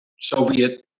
Soviet